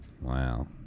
Wow